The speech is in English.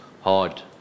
hard